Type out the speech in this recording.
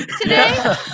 today